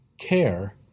care